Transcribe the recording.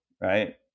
right